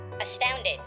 Astounded